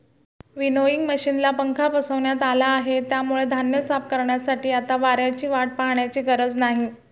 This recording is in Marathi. विनोइंग मशिनला पंखा बसवण्यात आला आहे, त्यामुळे धान्य साफ करण्यासाठी आता वाऱ्याची वाट पाहण्याची गरज नाही